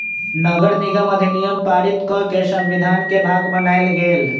नगरनिगम अधिनियम पारित कऽ के संविधान के भाग बनायल गेल